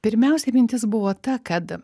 pirmiausiai mintis buvo ta kad